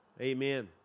Amen